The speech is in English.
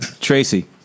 Tracy